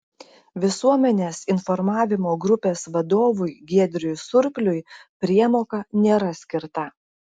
visuomenės informavimo grupės vadovui giedriui surpliui priemoka nėra skirta